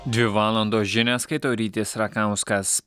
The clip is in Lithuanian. dvi valandos žinias skaito rytis rakauskas